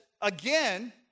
again